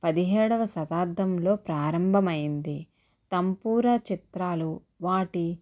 పదిహేడవ శతాబ్దంలో ప్రారంభమైంది తంపూర చిత్రాలు వాటి